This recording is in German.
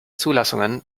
zulassungen